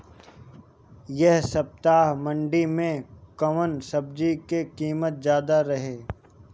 एह सप्ताह मंडी में कउन सब्जी के कीमत ज्यादा रहे?